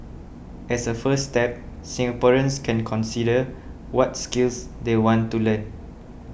as a first step Singaporeans can consider what skills they want to learn